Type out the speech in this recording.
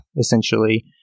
essentially